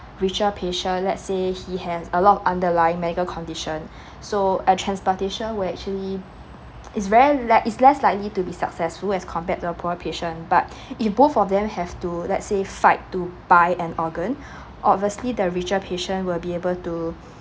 richer patient let's say he has a lot underlying medical condition so a transplantation will actually it's very le~ it's less likely to be successful as compared to a poorer patient but if both of them have to let's say fight to buy an organ obviously the richer patient will be able to